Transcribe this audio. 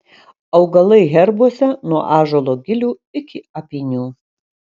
augalai herbuose nuo ąžuolo gilių iki apynių